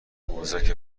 قوزک